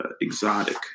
exotic